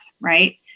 right